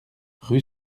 rue